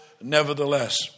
Nevertheless